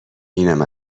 اینم